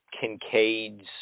Kincaid's